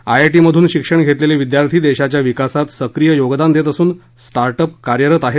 IIT मधून शिक्षण घेतलेले विद्यार्थी देशाच्या विकासात सक्रिय योगदान देत असून स्टार्ट अप कार्यरत आहेत